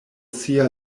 sia